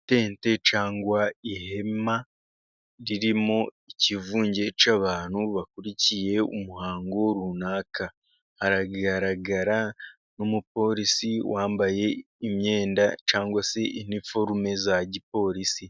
Itente cyangwa se, ihema riririmo ikivunge cy'abantu bakurikiye umuhango runaka, hagaragara n'umupolisi wambaye imyenda cyangwa se inforume za gipolisi,